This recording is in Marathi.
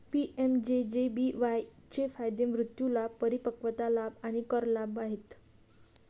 पी.एम.जे.जे.बी.वाई चे फायदे मृत्यू लाभ, परिपक्वता लाभ आणि कर लाभ आहेत